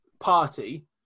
party